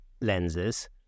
lenses